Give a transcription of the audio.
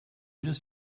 just